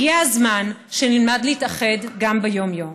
הגיע הזמן שנלמד להתאחד גם ביום-יום.